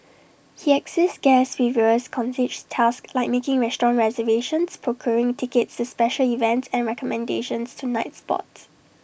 he assists guests with various concierge tasks like making restaurant reservations procuring tickets to special events and recommendations to nightspots